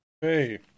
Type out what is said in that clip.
Hey